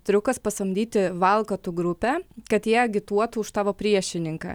triukas pasamdyti valkatų grupę kad jie agituotų už savo priešininką